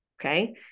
Okay